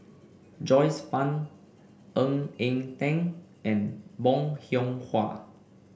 Joyce Fan Ng Eng Teng and Bong Hiong Hwa